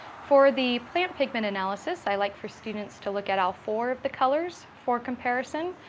for the plant pigment analysis, i like for students to look at all four of the colors for comparison.